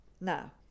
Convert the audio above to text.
Now